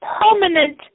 permanent